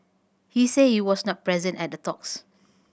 he said he was not present at the talks